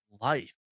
life